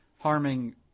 harming